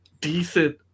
decent